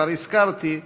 שכבר הזכרתי,